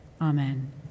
amen